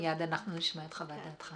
מיד נשמע את חוות דעתך.